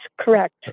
correct